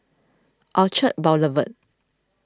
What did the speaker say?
Orchard Boulevard